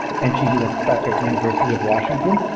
and she she is a professor of the university of washington.